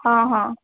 ହଁ ହଁ